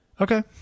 Okay